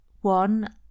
One